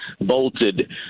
bolted